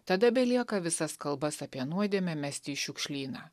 tada belieka visas kalbas apie nuodėmę mesti į šiukšlyną